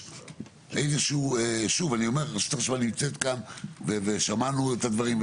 רשות החשמל נמצאת כאן, ושמענו את הדברים.